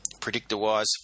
predictor-wise